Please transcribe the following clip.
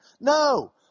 No